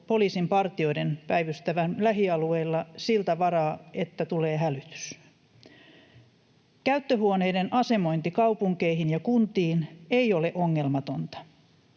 poliisin partioiden päivystävän lähialueilla siltä varalta, että tulee hälytys? Käyttöhuoneiden asemointi kaupunkeihin ja kuntiin ei ole ongelmatonta.